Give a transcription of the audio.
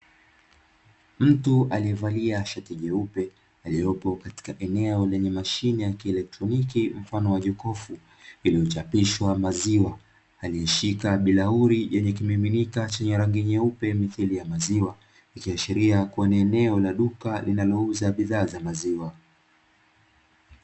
Mtu aliyevalia shati jeupe aliyepo kwenye eneo lenye mashine ya kielectroniki mfano wa jokofu lililochapishwa ''maziwa'' aliyeshika bilauri lenye kimiminika chenye rangi nyeupe mithili ya maziwa ikiashiria kuwa ni eneo la duka linalouza bidhaa za maziwa.